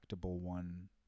one